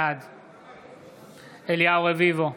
בעד אליהו רביבו,